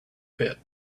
pit